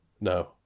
No